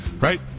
Right